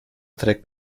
trägt